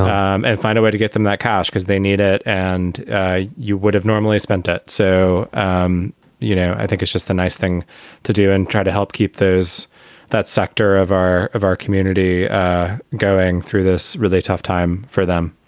um and find a way to get them that cash because they need it. and you would have normally spent it. so, um you know, i think it's just a nice thing to do and try to help keep those that sector of our of our community going through this really tough time for them.